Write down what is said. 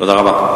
תודה רבה.